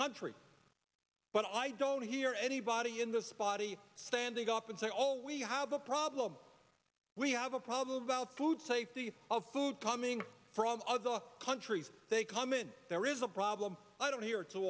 country but i don't hear anybody in the spotty standing up and say all we have a problem we have a problem about food safety of food coming from other countries they come in there is a problem i don't hear too